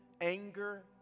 anger